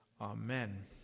Amen